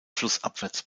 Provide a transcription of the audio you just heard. flussabwärts